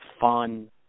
fun